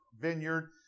vineyard